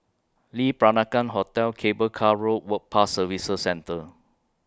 Lee Peranakan Hotel Cable Car Road Work Pass Services Centre